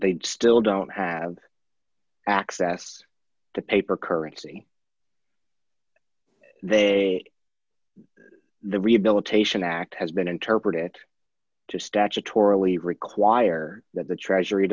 they still don't have access to paper currency they the rehabilitation act has been interpreted to statutorily require that the treasury